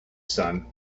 sun